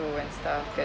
went